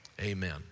Amen